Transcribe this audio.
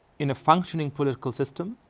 in a functioning political system,